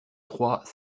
trois